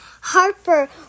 Harper